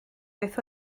beth